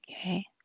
Okay